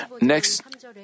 Next